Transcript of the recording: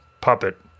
puppet